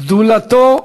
גדולתו,